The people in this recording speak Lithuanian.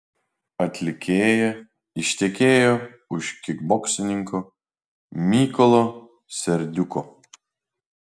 atlikėja ištekėjo už kikboksininko mykolo serdiuko